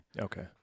Okay